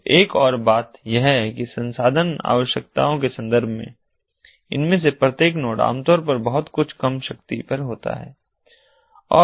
तो एक और बात यह है कि संसाधन आवश्यकताओं के संदर्भ में इनमें से प्रत्येक नोड आमतौर पर बहुत कम शक्ति पर होता है है